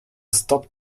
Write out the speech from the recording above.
stop